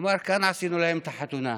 אמר: כאן עשינו להם את החתונה,